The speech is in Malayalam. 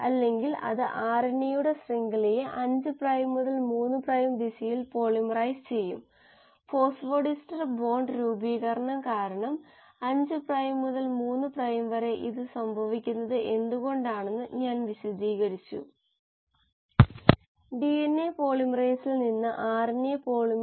അറ്റകുറ്റപ്പണി എന്ന ആശയം കോശ ഗുണിതത്തിലേക്കും ഉപാപചയം ഒഴുക്ക് ജനിതക പ്രക്രിയകൾ തുടങ്ങിയവ കോശ പരിപാലനത്തിലേക്കും പോകേണ്ടതുണ്ടെന്ന് നമ്മൾ പറഞ്ഞു